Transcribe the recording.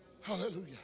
hallelujah